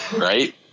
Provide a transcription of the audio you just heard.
right